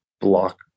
block